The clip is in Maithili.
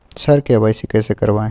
सर के.वाई.सी कैसे करवाएं